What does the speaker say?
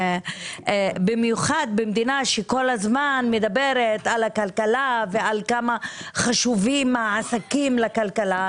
במיוחד במדינה שכל הזמן מדברת על הכלכלה ועל כמה חשובים העסקים לכלכלה,